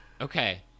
Okay